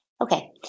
okay